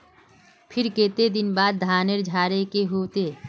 फिर केते दिन बाद धानेर झाड़े के होते?